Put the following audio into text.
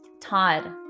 Todd